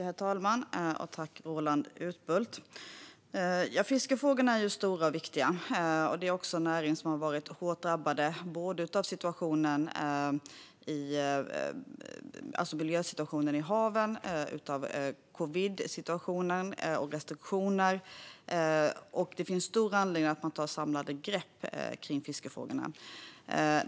Herr talman! Tack för frågan, Roland Utbult! Fiskefrågorna är stora och viktiga, och fisket är en näring som har varit hårt drabbad både av miljösituationen i haven och av covidsituationen och restriktioner. Det finns stor anledning att ta samlade grepp kring fiskefrågorna.